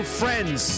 friends